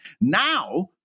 Now